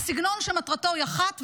זה סגנון שמטרתו היא אחת,